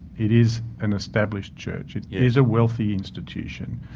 it is an established church, it is a wealthy institution.